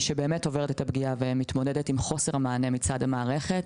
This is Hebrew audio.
שבאמת עוברת את הפגיעה ומתמודדת עם חוסר מענה מצד המערכת.